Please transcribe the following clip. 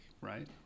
right